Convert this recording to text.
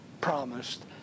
promised